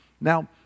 Now